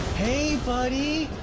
hey, buddy!